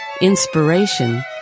inspiration